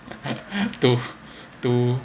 to